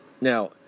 now